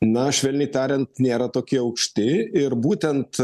na švelniai tariant nėra tokie aukšti ir būtent